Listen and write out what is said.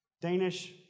Danish